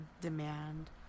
demand